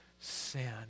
sin